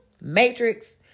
Matrix